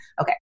okay